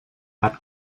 gat